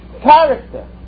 character